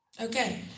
Okay